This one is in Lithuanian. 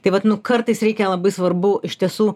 tai vat nu kartais reikia labai svarbu iš tiesų